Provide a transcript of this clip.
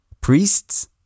Priests